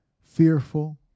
fearful